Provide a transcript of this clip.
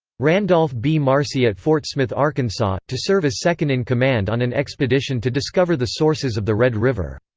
randolph b. marcy at fort smith, arkansas, to serve as second-in-command on an expedition to discover the sources of the red river.